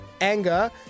anger